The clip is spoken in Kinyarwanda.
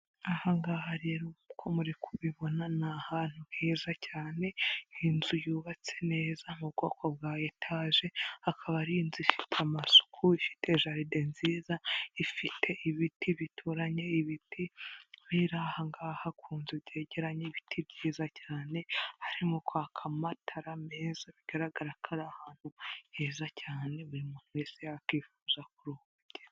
Ahaha rero nkuko muri kubibona ni ahantu heza cyane h'inzu yubatse neza mu bwoko bwa etaje, hakaba ari inzu amasuku ifite jaride nziza, ifite ibiti bituranye, ibiti biri aha ngaha ku nzu byegeranye ibiti byiza cyane harimo kwaka amatara meza bigaragara ko ari ahantu heza cyane buri muntu wese yakwifuza kuruhukira.